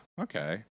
okay